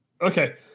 Okay